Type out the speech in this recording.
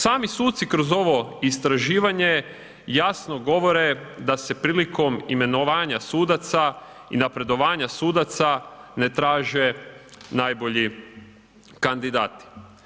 Sami suci kroz ovo istraživanje jasno govore da se prilikom imenovanja sudaca i napredovanja sudaca ne traže najbolji kandidati.